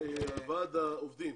ועד העובדים,